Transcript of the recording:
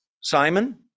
Simon